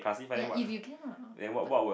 ya if you can lah but